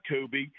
Kobe